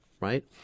right